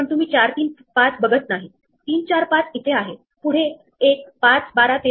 आपण sx sy पासून ते tx ty पर्यंत अन्वेषण करत जाणार आहोत